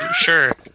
sure